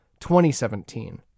2017